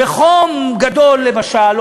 בחום גדול, למשל,